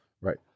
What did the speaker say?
Right